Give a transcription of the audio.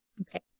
Okay